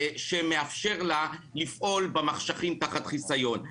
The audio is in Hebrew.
שמאפשר לה לפעול במחשכים תחת חיסיון.